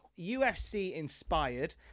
UFC-inspired